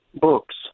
books